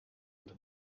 into